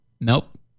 Nope